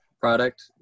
product